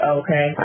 okay